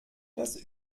das